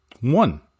One